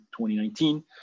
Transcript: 2019